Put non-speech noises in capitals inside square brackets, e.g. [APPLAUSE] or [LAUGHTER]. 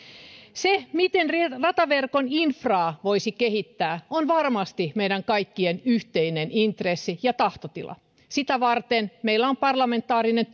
se miten rataverkon infraa voisi kehittää on varmasti meidän kaikkien yhteinen intressi ja tahtotila sitä varten meillä on parlamentaarinen [UNINTELLIGIBLE]